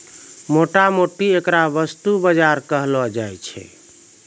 मोटा मोटी ऐकरा वस्तु बाजार कहलो जाय छै